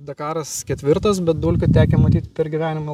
dakaras ketvirtas bet dulkių tekę matyt per gyvenimą